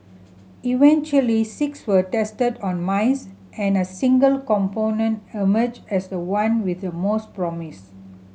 eventually six were tested on mice and a single compound emerged as the one with the most promise